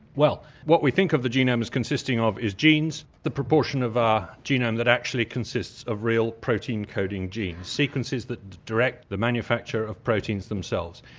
well, what we think of the genomes consisting of is genes the proportion of our genome that actually consists of real protein-coating genes, sequences that direct the manufacture of proteins themselves.